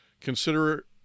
Consider